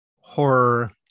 horror